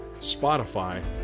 Spotify